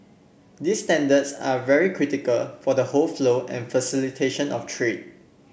these standards are very critical for the whole flow and facilitation of trade